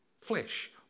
flesh